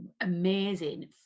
amazing